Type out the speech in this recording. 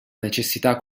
necessità